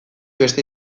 beste